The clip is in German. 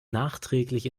nachträglich